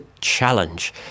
challenge